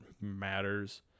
matters